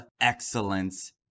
Excellence